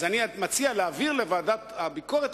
אז אני מציע להעביר לוועדת הביקורת,